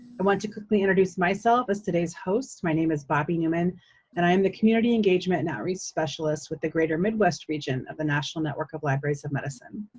i want to completely introduce myself as today's host. my name is bobbi newman and i am the community engagement and outreach specialist with the greater midwest region of the national network of libraries of medicine.